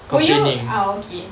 would you ah okay